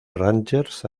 rangers